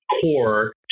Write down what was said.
core